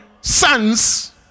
sons